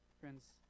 friends